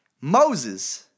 Moses